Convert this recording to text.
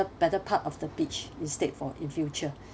better part of the beach instead for in future